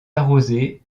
arrosée